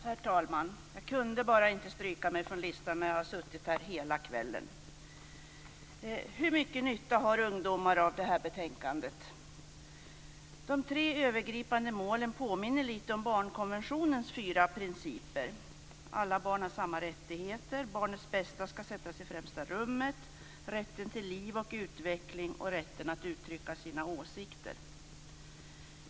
Herr talman! Jag kunde bara inte stryka mig från listan när jag har suttit här hela kvällen. Hur mycket nytta har ungdomar av det här betänkandet? De tre övergripande målen påminner lite om barnkonventionens fyra principer: Alla barn har samma rättigheter. Barnets bästa ska sättas i främsta rummet. Det gäller rätten till liv och utveckling. Det gäller rätten att uttrycka sina åsikter.